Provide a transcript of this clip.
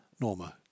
Norma